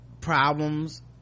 problems